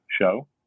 show